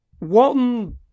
Walton